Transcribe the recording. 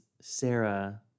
Sarah